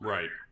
Right